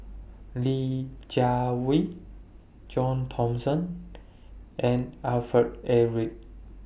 Li Jiawei John Thomson and Alfred Eric